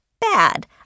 Bad